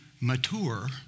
mature